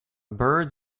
birds